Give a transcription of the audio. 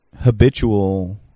habitual